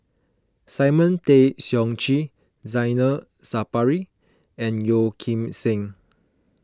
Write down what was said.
Simon Tay Seong Chee Zainal Sapari and Yeo Kim Seng